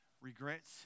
regrets